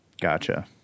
Gotcha